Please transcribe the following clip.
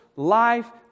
Life